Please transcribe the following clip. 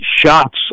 shots